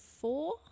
four